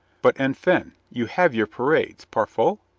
but, enfin, you have your parades, parfois?